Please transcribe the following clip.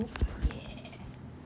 ya